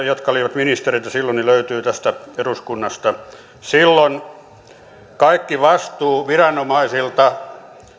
jotka olivat ministereitä silloin löytyy tästä eduskunnasta silloin kaikki vastuu viranomaisilta